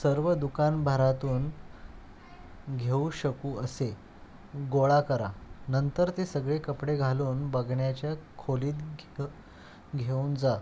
सर्व दुकानभरातून घेऊ शकू असे गोळा करा नंतर ते सगळे कपडे घालून बघण्याच्या खोलीत घे घेऊन जा